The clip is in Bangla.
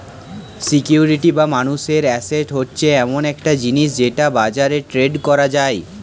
সিকিউরিটি বা মানুষের অ্যাসেট হচ্ছে এমন একটা জিনিস যেটা বাজারে ট্রেড করা যায়